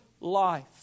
life